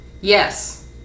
Yes